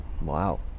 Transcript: Wow